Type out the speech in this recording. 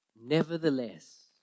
Nevertheless